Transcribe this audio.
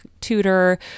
tutor